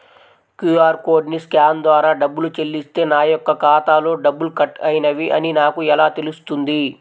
QR కోడ్ని scan ద్వారా డబ్బులు చెల్లిస్తే నా యొక్క ఖాతాలో డబ్బులు కట్ అయినవి అని నాకు ఎలా తెలుస్తుంది?